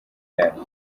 yaryo